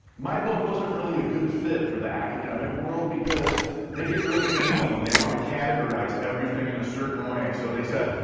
my book wasn't really a good fit for the academic world because they get really anal and they wanna categorize everything in a certain way. so they said,